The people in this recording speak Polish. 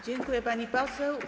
Dziękuję, pani poseł.